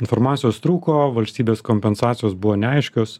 informacijos trūko valstybės kompensacijos buvo neaiškios